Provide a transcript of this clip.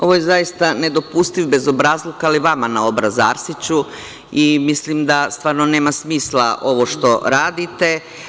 Ovo je zaista nedopustiv bezobrazluk, ali vama na obraz Arsiću i mislim da stvarno nema smisla ovo što radite.